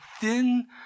thin